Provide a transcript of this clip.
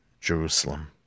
Jerusalem